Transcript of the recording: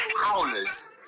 howlers